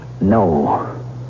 No